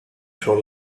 show